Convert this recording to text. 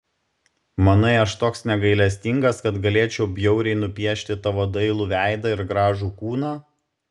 manai aš toks negailestingas kad galėčiau bjauriai nupiešti tavo dailų veidą ir gražų kūną